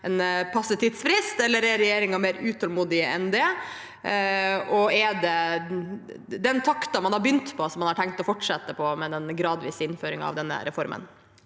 er regjeringen mer utålmodige enn det? Og er det den takten man har begynt på, som man har tenkt å fortsette med, med den gradvise innføringen av denne reformen?